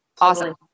awesome